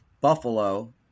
Buffalo